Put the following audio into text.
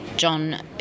John